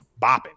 bopping